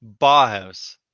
Bauhaus